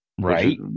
Right